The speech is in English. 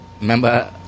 Remember